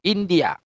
India